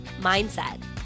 mindset